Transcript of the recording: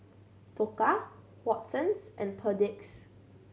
Pokka Watsons and Perdix